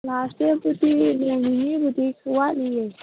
ꯂꯥꯁ ꯗꯦꯠꯇꯨꯗꯤ ꯅꯣꯡ ꯅꯤꯅꯤꯕꯨꯗꯤ ꯋꯥꯠꯂꯤꯌꯦ